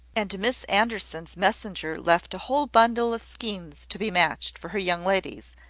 and miss anderson's messenger left a whole bundle of skeins to be matched for her young ladies,